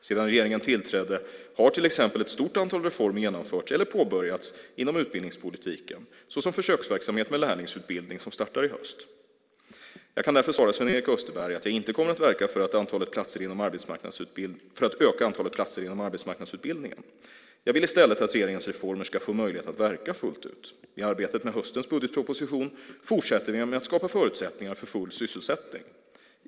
Sedan regeringen tillträdde har till exempel ett stort antal reformer genomförts eller påbörjats inom utbildningspolitiken, såsom försöksverksamhet med lärlingsutbildning som startar i höst. Jag kan därför svara Sven-Erik Österberg att jag inte kommer att verka för att öka antalet platser inom arbetsmarknadsutbildningen. Jag vill i stället att regeringens reformer ska få en möjlighet att verka fullt ut. I arbetet med höstens budgetproposition fortsätter vi med att skapa förutsättningar för full sysselsättning.